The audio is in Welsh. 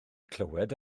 clywed